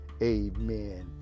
amen